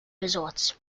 resorts